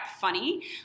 funny